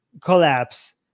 collapse